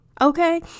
Okay